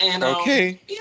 Okay